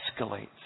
escalates